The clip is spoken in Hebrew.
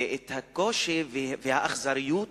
הקושי והאכזריות